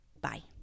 bye